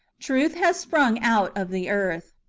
truth has sprung out of the earth.